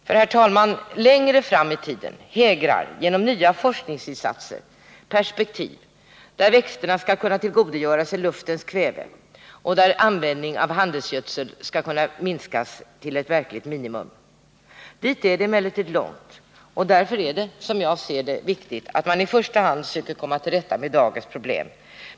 Herr talman! Längre fram i tiden hägrar genom nya forskningsinsatser perspektiv där växterna skall kunna tillgodogöra sig luftens kväve och där användningen av handelsgödsel kan minskas till ett minimum. Dit är det emellertid långt, och därför är det enligt min mening viktigt att man i första hand söker komma till rätta med dagens problem.